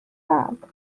bag